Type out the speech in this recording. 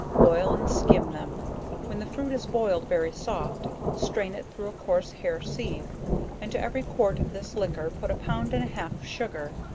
boil and skim them when the fruit is boiled very soft, strain it through a coarse hair sieve and to every quart of this liquor put a pound and a half of sugar,